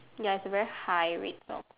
ya it's a very high red sock